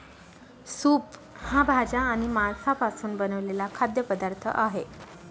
soup हा भाज्या आणि मांसापासून बनवलेला खाद्य पदार्थ आहे